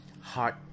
hard